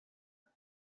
بار